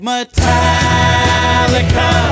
Metallica